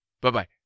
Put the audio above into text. Bye-bye